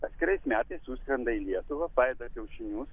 atskirais metais suskrenda į lietuvą padeda kiaušinius